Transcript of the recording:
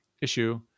issue